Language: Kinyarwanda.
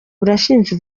burashinja